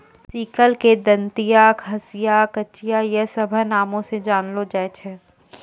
sickle के दंतिया, हंसिया, कचिया इ सभ नामो से जानलो जाय छै